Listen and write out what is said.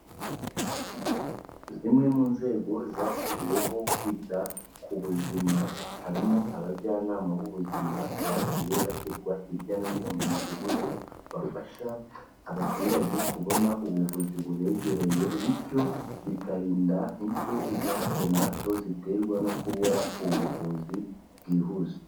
Zimwe mu nzego zashyiriweho kwita ku buzima, harimo abajyanama b'ubuzima bagiye bashyirwa hirya no hino mu midugudu, bafasha abaturage kubona ubuvuzi bubegereye, bityo bikarinda impfu za hato na hato, ziterwa no kubura ubuvuzi bwihuse.